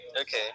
okay